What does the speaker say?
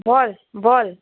বল বল